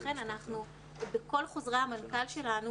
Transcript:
לכן בכל חוזרי המנכ"ל שלנו,